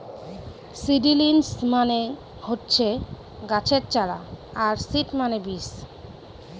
seedlings মানে হচ্ছে গাছের চারা আর সিড মানে বীজ